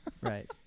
Right